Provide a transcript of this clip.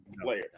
player